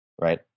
right